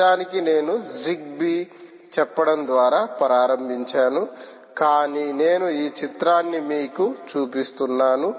నిజానికి నేను జిగ్బీ చెప్పడం ద్వారా ప్రారంభించాను కాని నేను ఈ చిత్రాన్ని మీకు చూపిస్తున్నాను